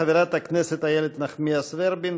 חברת הכנסת איילת נחמיאס ורבין,